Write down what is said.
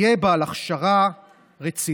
יהיה בעל הכשרה רצינית,